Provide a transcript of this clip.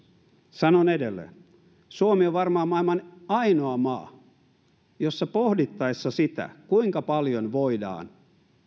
sanon edelleen suomi on varmaan maailman ainoa maa jossa pohdittaessa sitä kuinka paljon voidaan